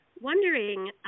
wondering